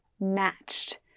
matched